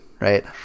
right